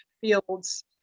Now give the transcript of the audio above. fields